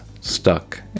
stuck